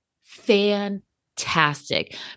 fantastic